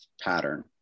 pattern